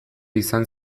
izan